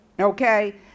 Okay